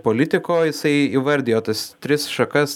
politiko jisai įvardijo tas tris šakas